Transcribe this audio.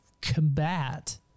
combat